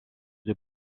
deux